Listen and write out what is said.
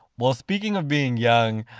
well, speaking of being young,